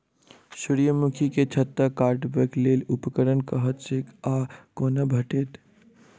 सूर्यमुखी केँ छत्ता काटबाक लेल उपकरण कतह सऽ आ कोना भेटत?